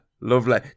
lovely